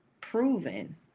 proven